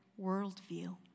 worldview